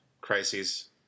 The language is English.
crises